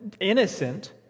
innocent